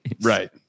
Right